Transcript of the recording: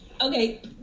Okay